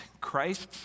Christ's